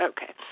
Okay